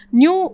new